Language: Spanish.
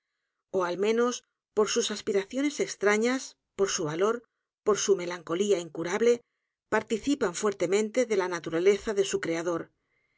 ó al menos por sus aspiraciones e x t r a ñ a s por su valor por su melancolía incurable participan fuertemente de la naturaleza de su creador